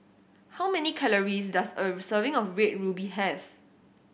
how many calories does a serving of Red Ruby have